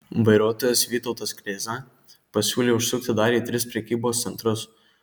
vairuotojas vytautas kreiza pasiūlė užsukti dar į tris prekybos centrus